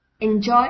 Enjoy